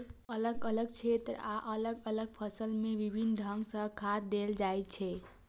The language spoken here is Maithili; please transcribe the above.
अलग अलग क्षेत्र आ अलग अलग फसल मे विभिन्न ढंग सं खाद देल जाइ छै